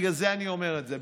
בגלל זה אני אומר את זה,